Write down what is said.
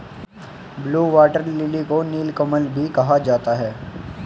blue water lily को नीलकमल भी कहा जाता है